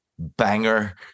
Banger